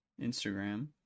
Instagram